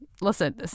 Listen